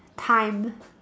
time